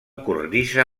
cornisa